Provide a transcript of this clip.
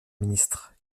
ministre